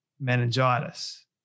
meningitis